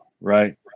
right